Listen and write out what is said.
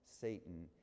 satan